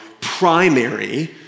primary